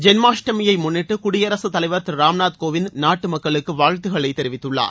ஜென்மாஷ்டமியை முன்னிட்டு குடியரசுத் தலைவர் திரு ராம்நாத் கோவிந்த் நாட்டு மக்களுக்கு வாழ்த்துகளை தெரிவித்துள்ளார்